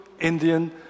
Indian